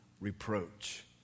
reproach